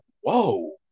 whoa